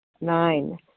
Nine